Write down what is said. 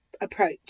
approach